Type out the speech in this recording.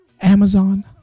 Amazon